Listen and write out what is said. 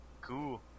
cool